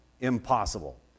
impossible